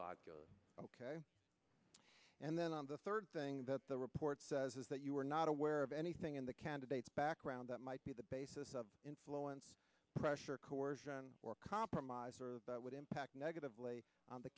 ok and then on the third thing that the report says is that you were not aware of anything in the candidate's background that might be the basis of influence pressure coercion or compromise or what impact negatively on the